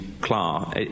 class